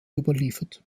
überliefert